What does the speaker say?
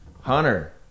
Hunter